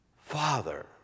Father